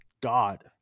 God